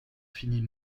finit